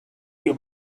you